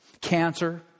Cancer